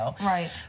Right